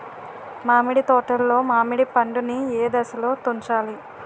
మామిడి తోటలో మామిడి పండు నీ ఏదశలో తుంచాలి?